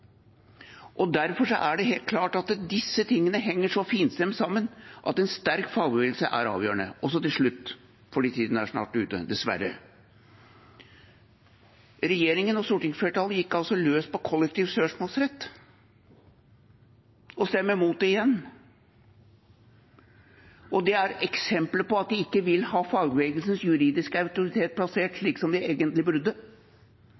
helt klart at disse tingene henger så finstemt sammen at en sterk fagbevegelse er avgjørende. Til slutt, fordi tiden dessverre snart er ute: Regjeringen og stortingsflertallet gikk altså løs på kollektiv søksmålsrett og stemmer mot å gjeninnføre det. Det er eksemplet på at de ikke vil ha fagbevegelsens juridiske autoritet plassert slik som den egentlig burde